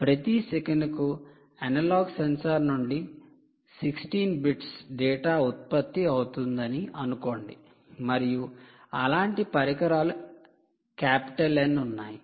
ప్రతి సెకనుకు analog sensor నుండి 16 బిట్స్ డేటా ఉత్పత్తి అవుతుందని అనుకోండి మరియు అలాంటి పరికరాలు N ఉన్నాయి